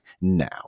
now